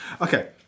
Okay